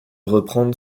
reprendre